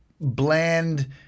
bland